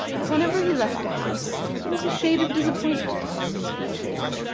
but whenever he left a house there was a shade of disappointment upon his features.